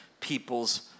people's